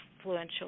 influential